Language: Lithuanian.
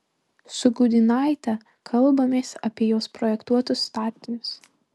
su gudynaite kalbamės apie jos projektuotus statinius